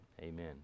amen